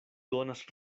donas